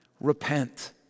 repent